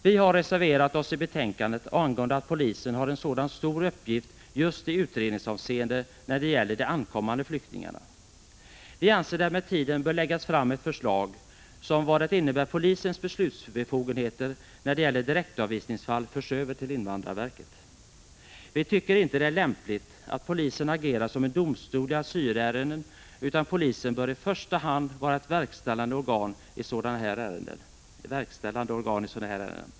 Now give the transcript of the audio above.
Vi har reserverat oss i fråga om polisens stora uppgift just i utredningsavseende när det gäller de ankommande flyktingarna. Vi anser att det med tiden bör läggas fram ett förslag som innebär att polisens beslutsbefogenhet när det gäller direktavvisningsfall förs över till invandrarverket. Vi tycker inte att det är lämpligt att polisen agerar som en domstol i asylärenden, utan polisen bör i första hand vara ett verkställande organ i sådana här ärenden.